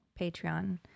Patreon